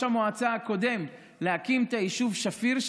המועצה הקודם להקים את היישוב שפיר,